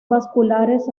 vasculares